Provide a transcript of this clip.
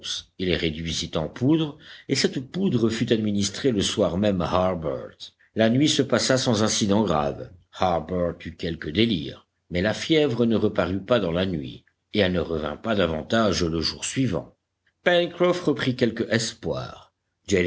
il les réduisit en poudre et cette poudre fut administrée le soir même à harbert la nuit se passa sans incidents graves harbert eut quelque délire mais la fièvre ne reparut pas dans la nuit et elle ne revint pas davantage le jour suivant pencroff reprit quelque espoir